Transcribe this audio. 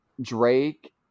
Drake